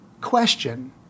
question